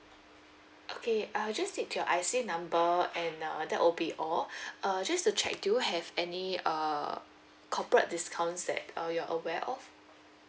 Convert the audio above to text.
okay I'll just need your I_C number and uh that will be all uh just to check do you have any err corporate discounts that uh you are aware of